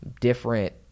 different